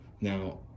Now